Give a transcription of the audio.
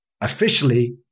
officially